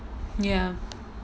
ya